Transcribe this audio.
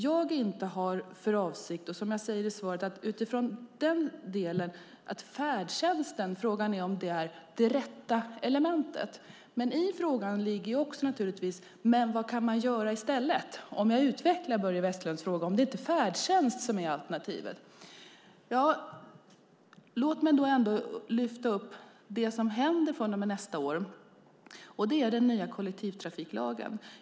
Jag säger i svaret utifrån den delen av frågan att färdtjänsten är det rätta elementet. I frågan ligger också: Vad kan man göra i stället om färdtjänst inte är alternativet? Jag utvecklar Börje Vestlunds fråga lite. Låt mig lyfta upp det som händer från och med nästa år. Det är den nya kollektivtrafiklagen.